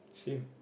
same